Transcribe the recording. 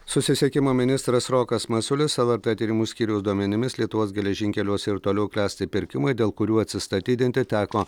susisiekimo ministras rokas masiulis lrt tyrimų skyriaus duomenimis lietuvos geležinkeliuose ir toliau klesti pirkimai dėl kurių atsistatydinti teko